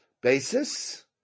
basis